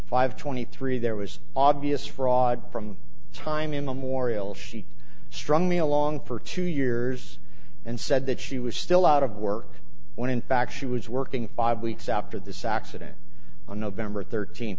five twenty three there was obvious fraud from time immemorial she strung me along for two years and said that she was still out of work when in fact she was working five weeks after this accident on nov thirteenth